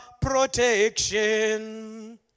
protection